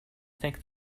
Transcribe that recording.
think